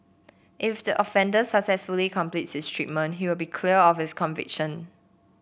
if the offender successfully completes his treatment he will be cleared of his conviction